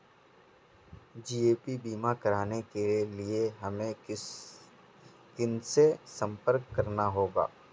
GAP बीमा कराने के लिए हमें किनसे संपर्क करना होगा?